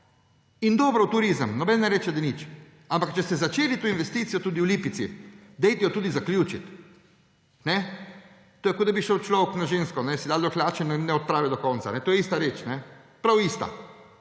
In dobro, v turizem, nihče nič ne reče. Ampak če ste začeli to investicijo tudi v Lipici, dajte jo tudi zaključiti. To je tako, kot da bi šel človek na žensko, si da dol hlače in ne opravi do konca. To je ista reč, prav ista,